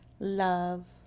love